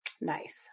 Nice